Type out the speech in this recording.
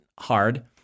hard